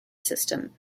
system